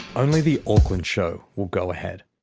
only the auckland show will go ahead.